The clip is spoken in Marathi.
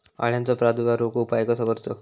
अळ्यांचो प्रादुर्भाव रोखुक उपाय कसो करूचो?